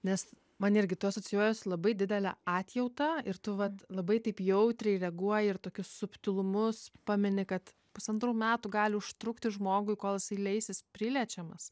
nes man irgi tu asocijuojies su labai didele atjauta ir tu vat labai taip jautriai reaguoji ir tokius subtilumus pamini kad pusantrų metų gali užtrukti žmogui kol jisai leisis priliečiamas